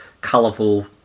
colourful